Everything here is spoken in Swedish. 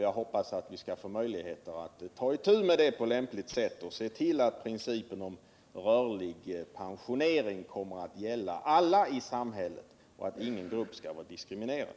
Jag hoppas att vi skall få möjligheter att ta itu med det på lämpligt sätt och se till att principen om rörlig pensionering kommer att gälla alla i samhället och att ingen grupp skall vara diskriminerad.